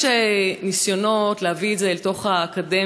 יש ניסיונות להביא את זה אל תוך האקדמיה,